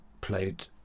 played